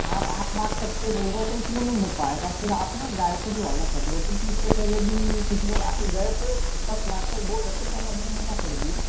आप आठ लाख तक के बोल रहे हो तो उसमें नहीं हो पाएगा फ़िर आप ना गाएपुरी वाला कर लो क्योंकि इससे पहले भी कुछ लोग आ के गए थे दस लाख तक बोल रहे थे पर हमने मना कर दिया